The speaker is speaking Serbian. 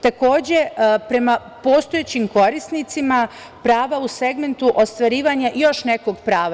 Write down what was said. Takođe, prema postojećim korisnicima prava u segmentu ostvarivanja još nekog prava.